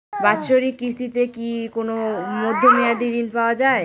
বাৎসরিক কিস্তিতে কি কোন মধ্যমেয়াদি ঋণ পাওয়া যায়?